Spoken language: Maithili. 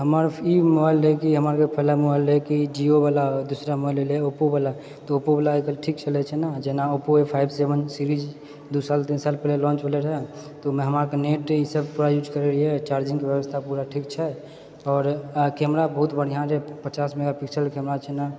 हमर ई मोबाइल रहै कि हमर पहलाके मोबाइल रहै कि जिओ बला दूसरा मोबाइल रहले ओप्पोबला तऽ ओप्पो आइकाल्हि ठीक चलय छै नै जेना ओप्पो फाइव सेवन सीरीज दू साल तीन साल पहिने लाँच होएले रहै तऽ ओहिमे हमरारीके नेट इसब पूरा यूज करय रहिए पूरा चार्जिंगके व्यवस्था पूरा ठीक छै आओर कैमरा बहुत बढ़िआँ रहए पचास मेगा पिक्सेलके कैमरा छै ने